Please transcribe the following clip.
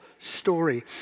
story